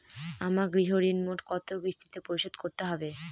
আমার গৃহঋণ মোট কত কিস্তিতে পরিশোধ করতে হবে?